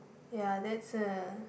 ya that's a